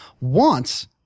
wants